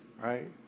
right